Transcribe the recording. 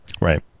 Right